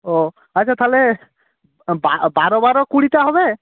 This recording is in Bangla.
ও আচ্ছা তাহলে বারো বারো কুড়িটা হবে